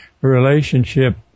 relationship